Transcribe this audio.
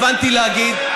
מה שהתכוונתי להגיד,